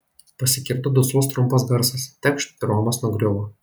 pasigirdo duslus trumpas garsas tekšt ir romas nugriuvo